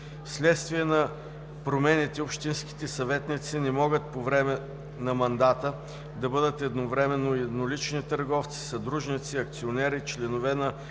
Вследствие на промените общинските съветници не могат по време на мандата да бъдат едновременно и еднолични търговци, съдружници, акционери, членове на